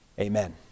Amen